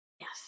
Yes